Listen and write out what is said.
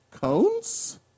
cones